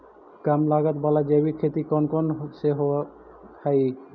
कम लागत वाला जैविक खेती कौन कौन से हईय्य?